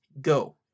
go